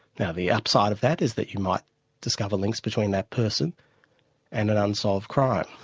now the upside of that is that you might discover links between that person and an unsolved crime.